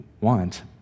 want